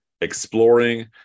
exploring